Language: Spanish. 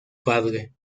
padre